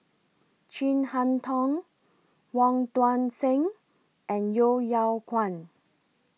Chin Harn Tong Wong Tuang Seng and Yeo Yeow Kwang